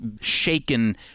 shaken